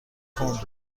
کند